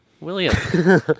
William